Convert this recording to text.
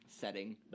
setting